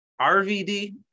RVD